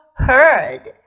heard